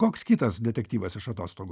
koks kitas detektyvas iš atostogų